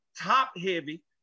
top-heavy